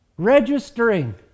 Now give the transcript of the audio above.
Registering